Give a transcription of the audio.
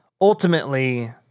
Ultimately